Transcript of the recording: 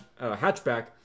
hatchback